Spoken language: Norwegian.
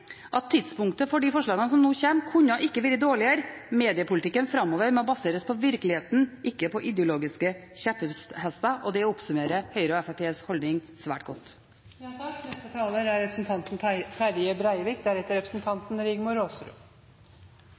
at tidspunktet for de forslagene som nå kommer, ikke kunne vært dårligere. Mediepolitikken framover må baseres på virkeligheten, ikke på ideologiske kjepphester – og det oppsummerer Høyres og Fremskrittspartiets holdning svært